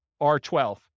R12